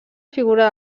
figura